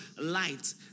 light